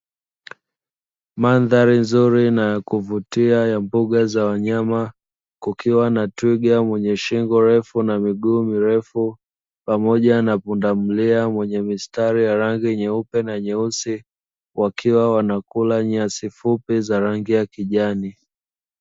Mandhari nzuri na ya kuvutia ya mbuga za wanyama, kukiwa na twiga mwenye shingo refu na miguu mirefu pamoja na pundamilia mwenye mistari ya rangi nyeupe na nyeusi; wakiwa wanakula nyasi fupi za rangi ya kijani.